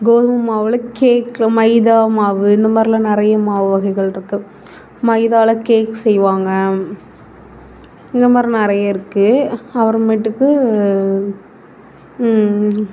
கோதுமை மாவில் கேக்கு மைதா மாவு இந்த மாதிரிலாம் நிறைய மாவு வகைகள் இருக்குது மைதாவில் கேக் செய்வாங்க இந்த மாதிரி நிறைய இருக்குது அப்புறமேட்டுக்கு